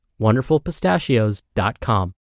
wonderfulpistachios.com